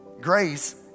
grace